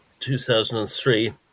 2003